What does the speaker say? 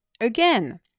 Again